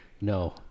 No